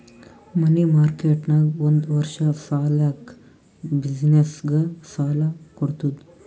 ಮನಿ market ನಾಗ್ ಒಂದ್ ವರ್ಷ ಸಲ್ಯಾಕ್ ಬಿಸಿನ್ನೆಸ್ಗ ಸಾಲಾ ಕೊಡ್ತುದ್